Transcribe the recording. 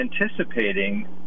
anticipating